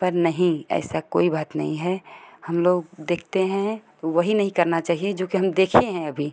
पर नहीं ऐसा कोई बात नहीं है हम लोग देखते हैं तो वही नहीं करना चाहिए जो कि हम देखें हैं अभी